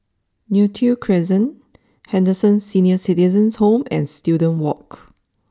Neo Tiew Crescent Henderson Senior Citizens' Home and Student walk